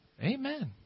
Amen